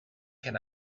can